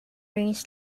ruins